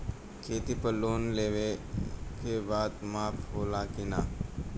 खेती पर लोन लेला के बाद माफ़ होला की ना?